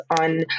on